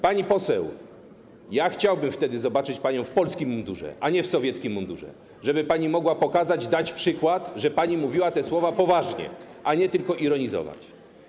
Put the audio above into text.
Pani poseł, chciałbym wtedy zobaczyć panią w polskim mundurze, a nie w sowieckim mundurze, żeby pani mogła pokazać, dać przykład, że pani mówiła te słowa poważnie, a nie tylko ironizowała.